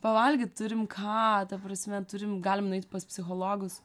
pavalgyt turim ką ta prasme turim galim nueit pas psichologus